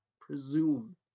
presume